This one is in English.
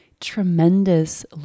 tremendous